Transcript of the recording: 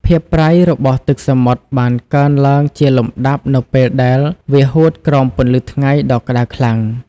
ភាពប្រៃរបស់ទឹកសមុទ្របានកើនឡើងជាលំដាប់នៅពេលដែលវាហួតក្រោមពន្លឺថ្ងៃដ៏ក្តៅខ្លាំង។